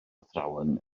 athrawon